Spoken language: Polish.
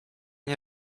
nie